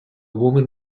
woman